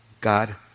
God